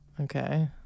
Okay